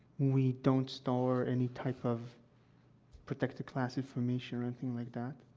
we don't store any type of protected class information or anything like that,